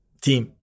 team